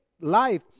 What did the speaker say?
life